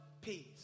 Peace